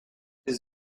his